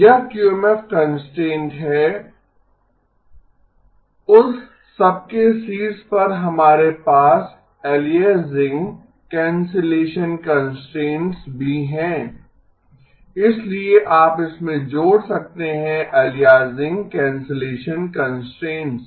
यह QMF constraint है उस सब के शीर्ष पर हमारे पास अलियासिंग कैंसलेशन कंस्ट्रेंट्स भी है इसलिए आप इसमें जोड़ सकते हैं अलियासिंग कैंसलेशन कंस्ट्रेंट्स